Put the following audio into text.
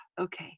okay